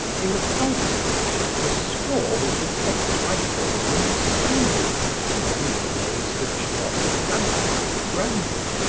in the pulp of which the straw was replaced by golden spangles resembling those which dot danzig brandy.